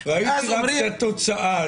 ואז אומרים --- ראיתי איך זה נראה,